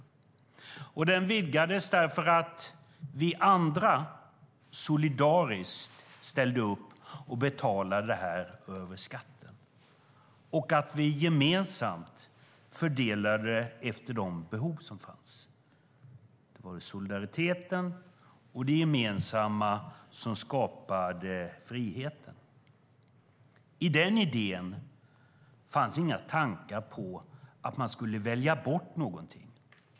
Denna frihet vidgades för att vi andra solidariskt ställde upp och betalade detta över skatten och gemensamt fördelade efter de behov som fanns. Det var solidariteten och det gemensamma som skapade friheten. I den idén fanns inga tankar om att något skulle väljas bort.